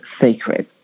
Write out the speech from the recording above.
sacred